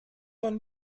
von